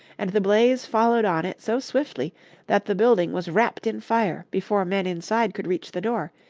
and the blaze followed on it so swiftly that the building was wrapped in fire before men inside could reach the door,